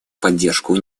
поддержку